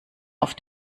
auf